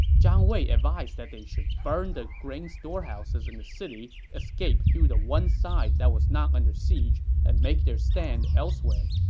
zhang wei advised that they should burn the grain storehouses in the city, escape through the one side that was not under siege, and make their stand elsewhere.